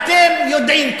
אתם יודעים,